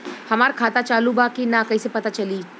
हमार खाता चालू बा कि ना कैसे पता चली?